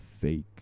fake